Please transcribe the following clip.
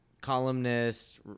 columnist